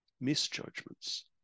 misjudgments